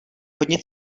hodně